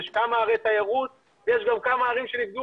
יש כמה ערי תיירות ויש גם כמה ערים שנפגעו